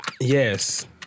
yes